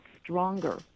stronger